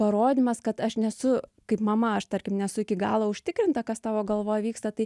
parodymas kad aš nesu kaip mama aš tarkim nesu iki galo užtikrinta kas tavo galvoj vyksta tai